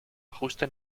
ajuste